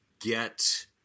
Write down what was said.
get